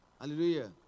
Hallelujah